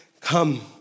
come